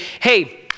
hey